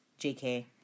JK